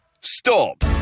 Stop